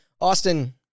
Austin